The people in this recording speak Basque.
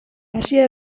asia